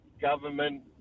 government